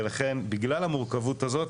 ולכן, בגלל המורכבות הזאת,